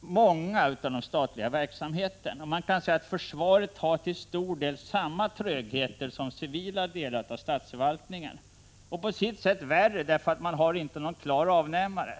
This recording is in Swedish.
många av de statliga verksamheterna. Försvaret har till stor del samma tröghet som civila delar av statsförvaltningen — och på sitt sätt värre, eftersom man inte har någon klar avnämare.